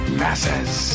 masses